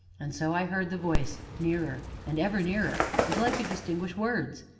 and so i heard the voice nearer, and ever nearer, until i could distinguish words,